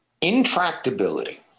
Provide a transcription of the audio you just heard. intractability